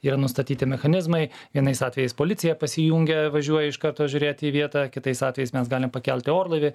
yra nustatyti mechanizmai vienais atvejais policija pasijungia važiuoja iš karto žiūrėt į vietą kitais atvejais mes galime pakelti orlaivį